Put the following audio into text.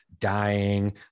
dying